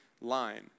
line